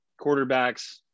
quarterbacks